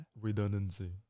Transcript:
Redundancy